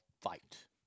fight